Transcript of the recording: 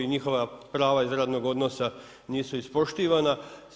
Njihova prava iz radnog odnosa nisu ispoštivana.